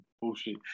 bullshit